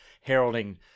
heralding